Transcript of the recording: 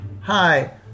Hi